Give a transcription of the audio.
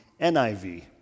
NIV